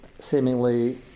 Seemingly